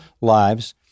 lives